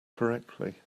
correctly